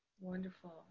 Wonderful